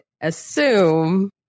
assume